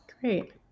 Great